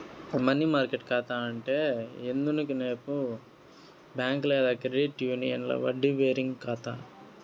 money market కాతా అంటే ఏందనుకునేవు బ్యాంక్ లేదా క్రెడిట్ యూనియన్ల వడ్డీ బేరింగ్ కాతా